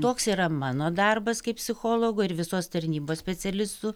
toks yra mano darbas kaip psichologo ir visos tarnybos specialistų